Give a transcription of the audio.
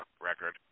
record